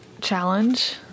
challenge